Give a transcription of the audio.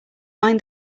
mind